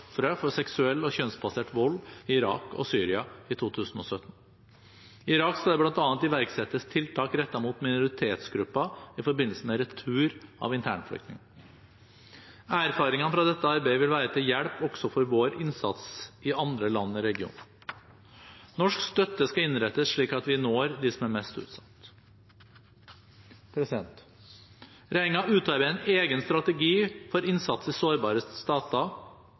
fra ISIL-fangenskap. Regjeringen vil derfor øke støtten til tiltak for ofre for seksuell og kjønnsbasert vold i Irak og Syria i 2017. I Irak skal det bl.a. iverksettes tiltak rettet mot minoritetsgrupper i forbindelse med retur av internflyktninger. Erfaringene fra dette arbeidet vil være til hjelp også for vår innsats i andre land i regionen. Norsk støtte skal innrettes slik at vi når dem som er mest utsatt. Regjeringen utarbeider en egen strategi for innsats i sårbare stater.